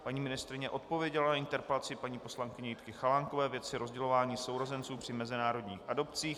Paní ministryně odpověděla na interpelaci paní poslankyně Jitky Chalánkové ve věci rozdělování sourozenců při mezinárodních adopcích.